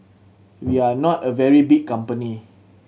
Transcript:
we are not a very big company